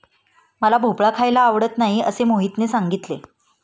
मला भोपळा खायला आवडत नाही असे मोहितने सांगितले